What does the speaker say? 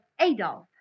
Adolf